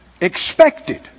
Expected